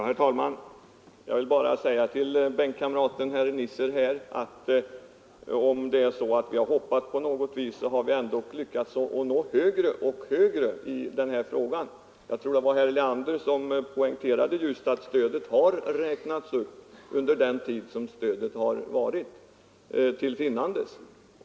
Herr talman! Jag vill bara säga till min bänkkamrat herr Nisser att om det är så att vi har hoppat på något vis, så har vi ändå lyckats att nå högre och högre i den här frågan. Jag tror att det var herr Leander som poängterade att stödet har räknats upp under den tid som stödet har varit till finnandes.